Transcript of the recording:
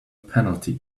penalty